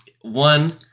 one